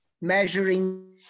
measuring